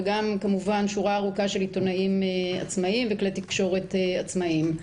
וגם כמובן שורה ארוכה של עיתונאים עצמאים וכלי תקשורת עצמאיים.